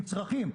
עם צרכים,